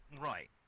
Right